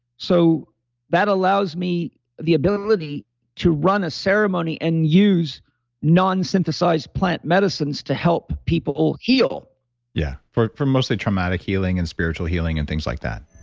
so that allows me the ability to run a ceremony and use non-synthesized plant medicines to help people or heal yeah for for mostly traumatic healing and spiritual healing and things like that